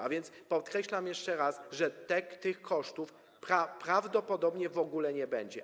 A więc podkreślam jeszcze raz, że tych kosztów prawdopodobnie w ogóle nie będzie.